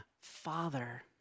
Father